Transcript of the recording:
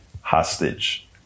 hostage